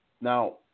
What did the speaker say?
Now